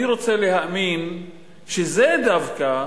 אני רוצה להאמין שזה דווקא